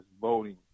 voting